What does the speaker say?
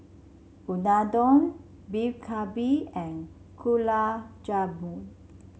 Unadon Beef Galbi and Gulab Jamun